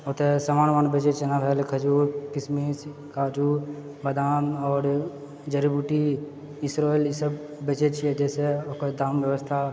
ओतय सामान उमान बेचै छियै जेना भए गेलै खजूर किशमिश काजू बादाम आओर जड़ी बूटी ई सब बेचै छियै जइसे ओकर दाम व्यवस्था